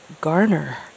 Garner